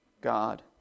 God